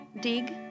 Dig